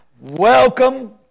Welcome